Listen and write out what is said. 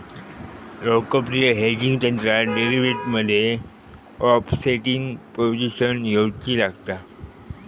लोकप्रिय हेजिंग तंत्रात डेरीवेटीवमध्ये ओफसेटिंग पोझिशन घेउची लागता